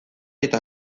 eta